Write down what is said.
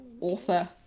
author